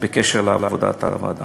בקשר לעבודת הוועדה.